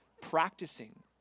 practicing